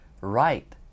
right